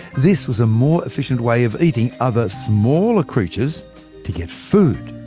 this was a more efficient way of eating other smaller creatures to get food.